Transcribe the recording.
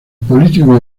político